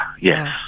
yes